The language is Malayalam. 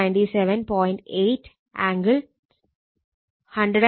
8 ആംഗിൾ 163